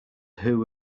who